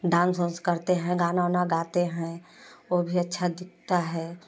dance उंस करते हैं गाना वाना गाते हैं वो भी अच्छा दिखता है